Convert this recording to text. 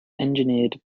engineered